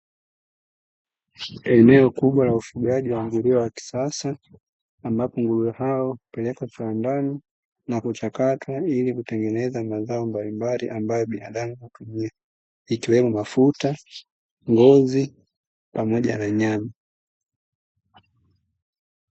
Eneo kubwa la ufugaji wa nguruwe wa kisasa, ambapo nguruwe hao hupelekwa kiwandani na kuchakatwa ili kutengeneza mazao mbalimbali ambayo binadamu hutumia ikiwemo: mafuta, ngozi pamoja na nyama.